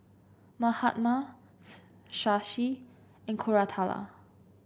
Mahatma Shashi and Koratala